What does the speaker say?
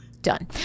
Done